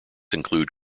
include